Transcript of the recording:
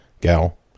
gal